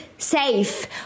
safe